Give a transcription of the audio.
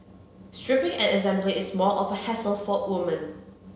stripping and assembly is more of a hassle for women